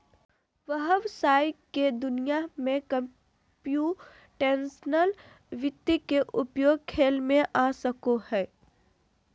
व्हवसाय के दुनिया में कंप्यूटेशनल वित्त के उपयोग खेल में आ सको हइ